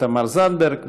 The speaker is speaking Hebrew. תמר זנדברג,